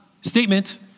statement